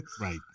right